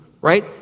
right